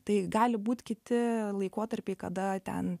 tai gali būt kiti laikotarpiai kada ten